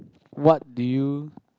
what do you